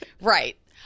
Right